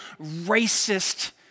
racist